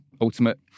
Ultimate